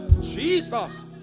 Jesus